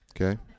Okay